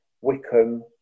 Wickham